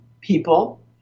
people